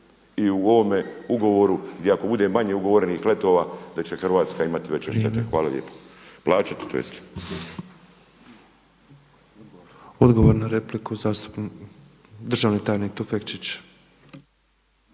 i u ovome ugovoru gdje ako bude manje ugovorenih letova da će Hrvatska imati veće štete. Plaćati to jest. Hvala lijepo. **Petrov, Božo (MOST)** Odgovor na repliku državni tajnik Tufekčić.